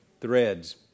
threads